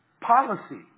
policy